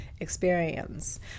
experience